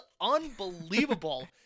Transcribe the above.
unbelievable